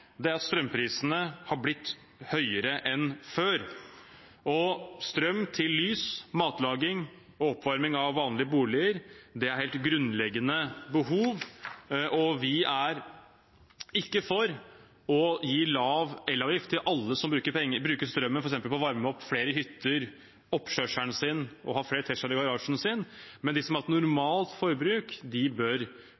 at strømprisene har blitt høyere enn før. Strøm til lys, matlaging og oppvarming av vanlige boliger er helt grunnleggende behov. Vi er ikke for å gi lav elavgift til alle som bruker strøm f.eks. på å varme opp flere hytter og oppkjørselen sin og har flere Tesla-er i garasjen, men de som har